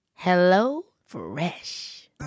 HelloFresh